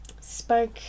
spark